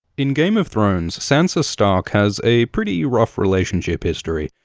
in game of thrones, sansa stark has a pretty rough relationship history.